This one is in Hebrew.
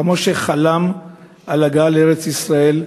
חכם משה חלם על הגעה לארץ-ישראל,